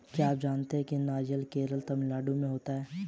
क्या आप जानते है नारियल केरल, तमिलनाडू में होता है?